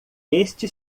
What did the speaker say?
este